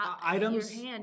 items